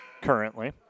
currently